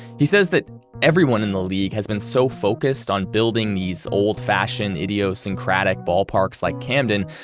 he says that everyone in the league has been so focused on building these old-fashioned, idiosyncratic ballparks like camden,